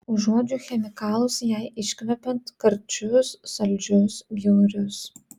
užuodžiu chemikalus jai iškvepiant karčius saldžius bjaurius